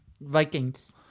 Vikings